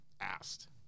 asked